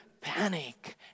panic